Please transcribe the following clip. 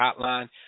Hotline